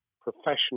professional